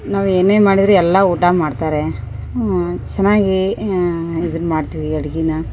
ನಾವು ಏನೇ ಮಾಡಿದರೂ ಎಲ್ಲ ಊಟ ಮಾಡ್ತಾರೆ ಚೆನಾಗಿ ಇದನ್ನ ಮಾಡ್ತೀವಿ ಅಡಿಗಿನಾ